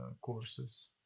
courses